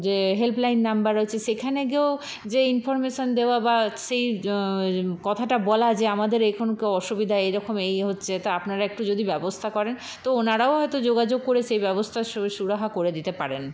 যে helpline number রয়েছে সেখানে গিয়েও যে ইনফরমেশান দেওয়া বা সেই কথাটা বলা যে আমাদের এখন কো অসুবিধা এই রকম এই হচ্ছে তা আপনারা একটু যদি ব্যবস্থা করেন তো ওনারাও হয়তো যোগাযোগ করে সেই ব্যবস্থার সু সুরাহা করে দিতে পারেন